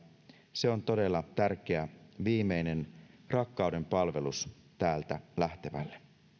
se on todella tärkeä viimeinen rakkaudenpalvelus täältä lähtevälle